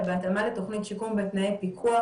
אלא בהתאמה לתוכנית שיקום בתנאי פיקוח,